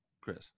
Chris